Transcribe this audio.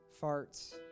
farts